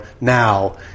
now